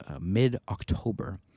mid-October